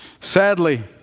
Sadly